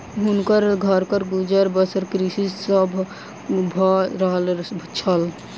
हुनकर घरक गुजर बसर कृषि सॅ भअ रहल छल